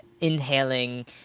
inhaling